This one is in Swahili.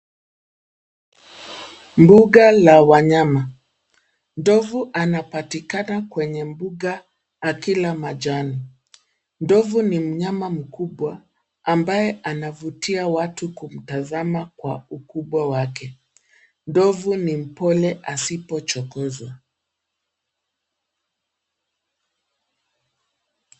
Mbuga la wanyama. Ndovu anapatikana kwenye mbuga akila majani. Ndovu ni mnyama mkubwa ambaye anavutia watu kumtazama kwa ukubwa wake. Ndovu ni mpole asipochokozwa.